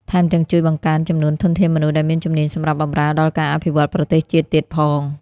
ថែមទាំងជួយបង្កើនចំនួនធនធានមនុស្សដែលមានជំនាញសម្រាប់បម្រើដល់ការអភិវឌ្ឍប្រទេសជាតិទៀតផង។